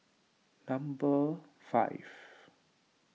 number five